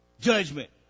judgment